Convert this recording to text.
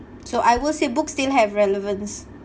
so I will say books still have relevance